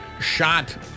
shot